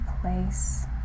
place